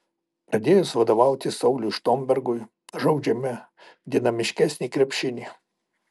pradėjus vadovauti sauliui štombergui žaidžiame dinamiškesnį krepšinį